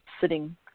sitting